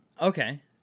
Okay